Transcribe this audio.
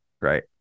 Right